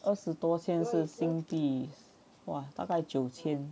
二十多天是新币哇大概九千